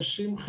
אנשים,